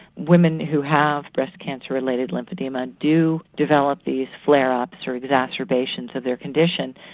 women who have breast-cancer-related lymphoedema do develop these flare-ups through exacerbation of their condition,